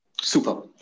Super